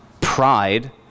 pride